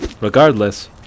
Regardless